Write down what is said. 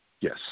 Yes